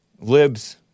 Libs